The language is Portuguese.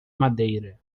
madeira